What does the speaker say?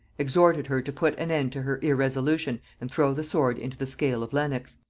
exhorted her to put an end to her irresolution and throw the sword into the scale of lenox.